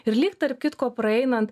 ir lyg tarp kitko praeinant